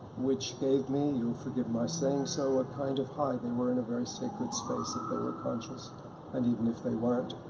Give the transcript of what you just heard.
which gave me you forgive my saying so a kind of high. they were in a very sacred space if ah they were conscious and even if they weren't.